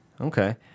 Okay